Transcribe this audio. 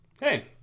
hey